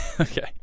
Okay